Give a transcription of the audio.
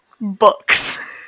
books